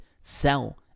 sell